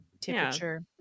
temperature